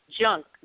junk